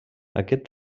aquest